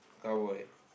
cowboy